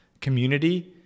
community